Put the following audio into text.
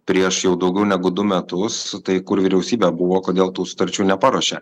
prieš jau daugiau negu du metus tai kur vyriausybė buvo kodėl tų sutarčių neparuošė